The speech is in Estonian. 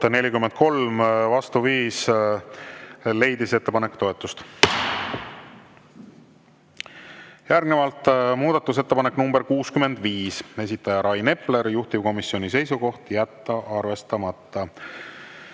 43, vastu 5, leidis ettepanek toetust. Järgnevalt muudatusettepanek nr 65, esitaja Rain Epler, juhtivkomisjoni seisukoht on jätta arvestamata.